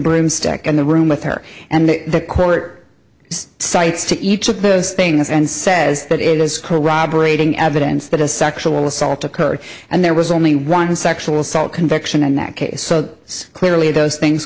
broomstick in the room with her and the court cites to each of those things and says that it is corroborating evidence that a sexual assault occurred and there was only one sexual assault conviction and that case so clearly those things